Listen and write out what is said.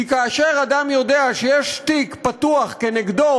כי כאשר אדם יודע שיש תיק פתוח כנגדו